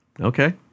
Okay